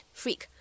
freak，